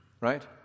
Right